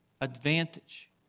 advantage